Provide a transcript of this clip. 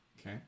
okay